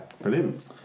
Brilliant